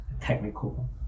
Technical